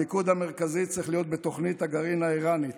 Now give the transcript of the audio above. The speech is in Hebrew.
המיקוד המרכזי צריך להיות בתוכנית הגרעין האיראנית,